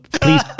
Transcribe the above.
please